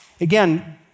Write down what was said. again